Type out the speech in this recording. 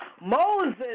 Moses